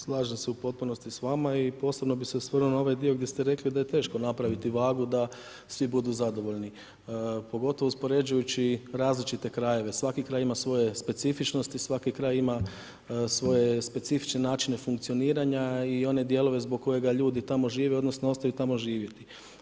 Slažem se u potpunosti s vama i posebno bih se osvrnuo na ovaj dio gdje ste rekli da je teško napraviti vagu da svi budu zadovoljni, pogotovo uspoređujući različite krajeve, svaki kraj ima svoje specifičnosti, svaki kraj ima svoje specifične načine funkcioniranja i one dijelove zbog kojega ljudi tamo žive, odnosno ostaju tamo živjeti.